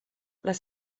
les